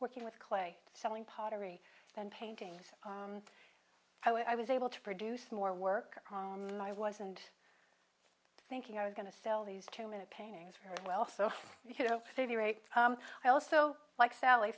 working with clay selling pottery and painting how i was able to produce more work i wasn't thinking i was going to sell these two minute paintings very well so you know i also like sally